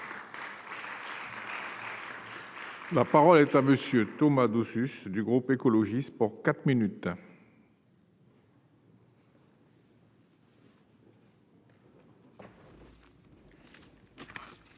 La parole est à monsieur Thomas dessus du groupe écologiste pour 4 minutes.